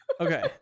Okay